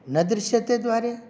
न दृश्यते द्वारे